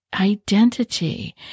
identity